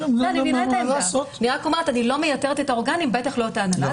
אני לא מייתרת את האורגנים, בטח לא את ההנהלה.